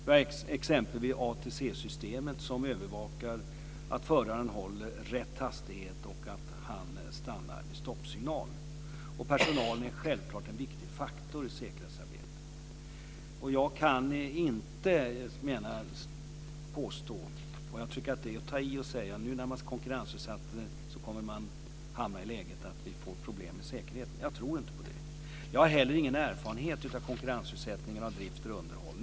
Vi har t.ex. ATC-systemet som övervakar att föraren håller rätt hastighet och att han stannar vid stoppsignal. Personalen är självfallet en viktig faktor i säkerhetsarbetet. Jag tycker att det är att ta i att säga att vi kommer att få problem med säkerheten nu när vi konkurrensutsätter detta. Jag tror inte på det. Jag har inte heller någon erfarenhet av konkurrensutsättning av drift och underhåll.